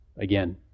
again